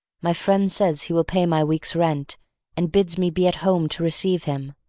my friend says he will pay my week's rent and bids me be at home to receive him,